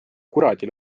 kuradi